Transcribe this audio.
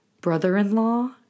brother-in-law